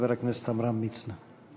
חבר הכנסת עמרם מצנע.